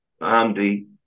Andy